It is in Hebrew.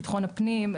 ביטחון הפנים.